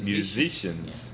Musicians